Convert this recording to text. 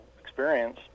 experience